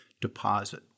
deposit